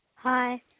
Hi